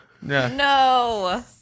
No